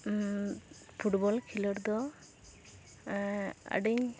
football ᱠᱷᱮᱞᱳᱰ ᱫᱚ ᱟᱹᱰᱤᱧ